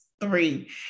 three